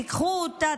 תיקחו אותה,